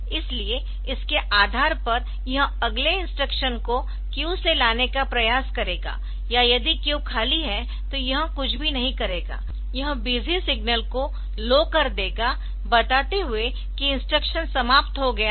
इसलिए इसके आधार पर यह अगले इंस्ट्रक्शन को क्यू से लाने का प्रयास करेगा या यदि क्यू खाली है तो यह कुछ भी नहीं करेगा यह बिजी सिग्नल को लो कर देगा बताते हुए कि इंस्ट्रक्शन समाप्त हो गया है